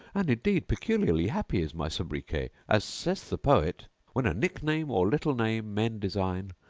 and indeed peculiarly happy is my sobriquet, as saith the poet when a nickname or little name men design,